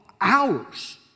hours